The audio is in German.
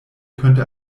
könnte